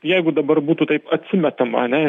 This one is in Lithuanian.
jeigu dabar būtų taip atsimetama ane